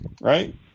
Right